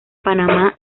panamá